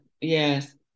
yes